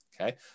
okay